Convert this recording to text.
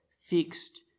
fixed